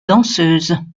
danseuse